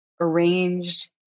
arranged